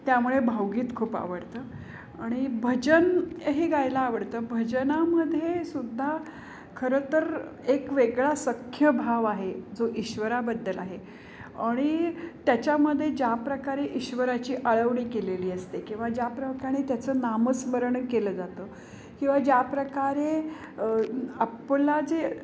त्यामुळे भावगीत खूप आवडतं आणि भजन हे गायला आवडतं भजनामध्ये सुद्धा खरं तर एक वेगळा सख्यभाव आहे जो ईश्वराबद्दल आहे अणि त्याच्यामध्ये ज्या प्रकारे ईश्वराची आळवणी केलेली असते किंवा ज्या प्रकारे त्याचं नामस्मरण केलं जातं किंवा ज्या प्रकारे आपला जे